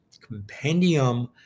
compendium